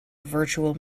virtual